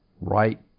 right